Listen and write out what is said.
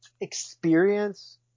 experience